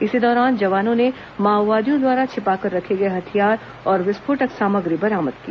इसी दौरान जवानों ने माओवादियों द्वारा छिपाकर रखे गए हथियार और विस्फोटक सामग्री बरामद की